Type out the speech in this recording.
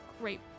Great